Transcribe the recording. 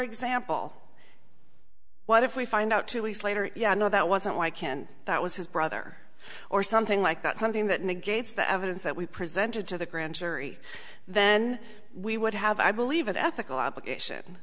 example what if we find out two weeks later yeah no that wasn't why canned that was his brother or something like that something that negates the evidence that we presented to the grand jury then we would have i believe an ethical obligation